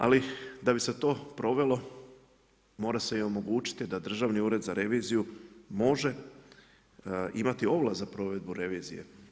Ali da bi se to provelo mora se omogućiti da Državni ured za reviziju može imati ovlasti za provedbu revizije.